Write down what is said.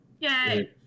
Yay